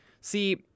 See